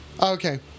Okay